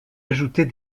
ajouter